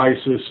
ISIS